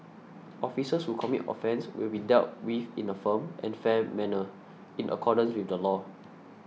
officers who commit offences will be dealt with in a firm and fair manner in accordance with the law